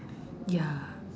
ya